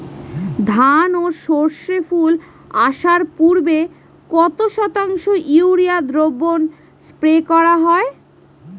ধান ও সর্ষে ফুল আসার পূর্বে কত শতাংশ ইউরিয়া দ্রবণ স্প্রে করা হয়?